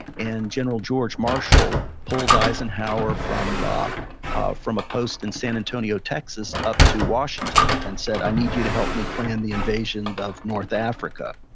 and general george marshall pulled eisenhower from ah from a post in san antonio, texas up to washington and said, i need you to help me plan the invasion of north africa.